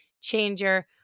changer